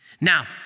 Now